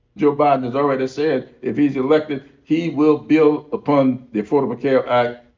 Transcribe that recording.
joe biden has already said if he's elected he will build upon the affordable care act.